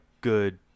good